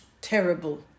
terrible